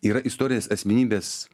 yra istorinės asmenybės